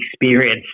experience